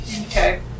Okay